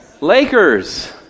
Lakers